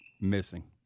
Missing